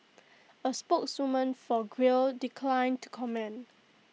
A spokeswoman for Grail declined to comment